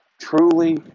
Truly